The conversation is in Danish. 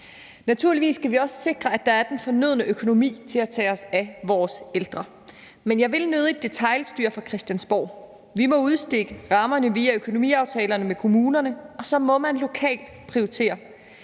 Naturligvis skal vi også sikre, at der er den fornødne økonomi til at tage os af vores ældre, men jeg vil nødig detailstyre fra Christiansborgs side. Vi må udstikke rammerne via økonomiaftalerne med kommunerne, og så må man lokalt prioritere.